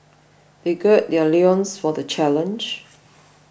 they gird their loins for the challenge